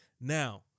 Now